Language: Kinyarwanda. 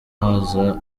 haza